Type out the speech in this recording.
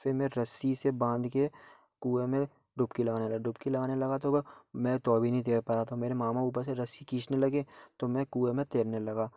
फिर मैं रस्सी से बांध के कुएं में डुबकी लगाने लगा डुबकी लगाने लगा तो मैं मैं तब भी नहीं तैर पा रहा था मेरे मामा ऊपर से रस्सी खींचने लगे तो मैं कुएं में तैरने लगा